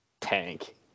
tank